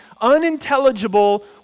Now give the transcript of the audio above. unintelligible